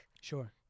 Sure